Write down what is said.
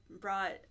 brought